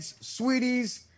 Sweeties